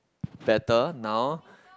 better now